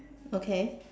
okay